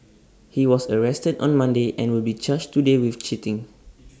he was arrested on Monday and will be charged today with cheating